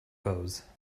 pose